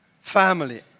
family